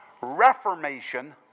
reformation